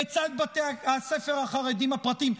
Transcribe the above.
בצד בתי הספר החרדים הפרטיים,